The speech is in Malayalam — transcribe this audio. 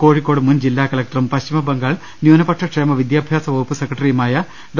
കോഴിക്കോട് മുൻ ജില്ലാകല ക്ടറും പശ്ചിമബംഗാൾ ന്യൂനപക്ഷ ക്ഷേമ വിദ്യാഭ്യാസ വകുപ്പ് സെക്രട്ടറിയുമായ ഡോ